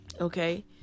Okay